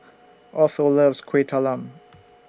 Otho loves Kuih Talam